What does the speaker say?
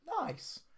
Nice